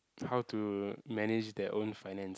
how to manage their own finance